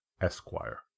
Esquire